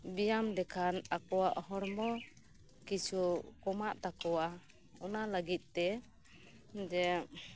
ᱵᱮᱭᱟᱢ ᱞᱮᱠᱷᱟᱱ ᱟᱠᱚᱣᱟᱜ ᱦᱚᱲᱢᱚ ᱠᱤᱪᱷᱩ ᱠᱚᱢᱟᱜ ᱛᱟᱠᱚᱭᱟ ᱚᱱᱟ ᱞᱟᱹᱜᱤᱫ ᱛᱮ ᱡᱮ